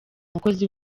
mukozi